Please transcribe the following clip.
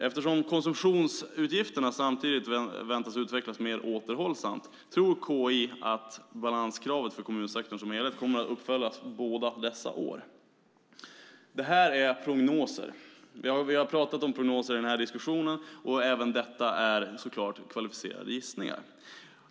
Eftersom konsumtionsutgifterna samtidigt väntas utvecklas mer återhållsamt tror KI att balanskravet för kommunsektorn som helhet kommer att uppfyllas båda dessa år. Detta är prognoser. Vi har talat om prognoser i den här diskussionen, och även detta är så klart kvalificerade gissningar.